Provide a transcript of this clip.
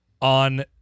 On